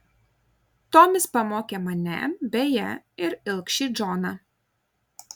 tomis pamokė mane beje ir ilgšį džoną